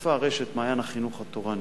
השתתפה רשת "מעיין החינוך התורני"